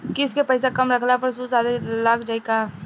किश्त के पैसा कम रखला पर सूद जादे लाग जायी का?